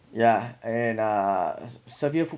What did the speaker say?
yeah and uh severe food